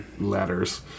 letters